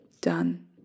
Done